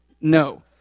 No